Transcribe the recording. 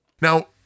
Now